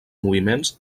moviments